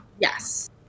Yes